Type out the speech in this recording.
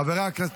חברי הכנסת,